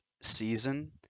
season